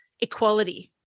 equality